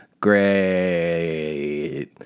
great